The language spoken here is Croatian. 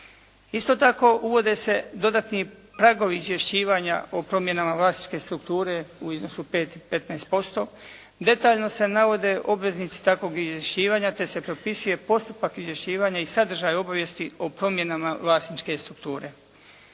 Isto tako uvode se dodatni pragovi izvješćivanja o promjenama vlasničke strukture u iznosu 5 i 15%, detaljno se navode obveznici takvog izvješćivanja te se propisuje postupak izvješćivanja i sadržaj obavijesti o promjenama vlasničke strukture.